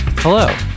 Hello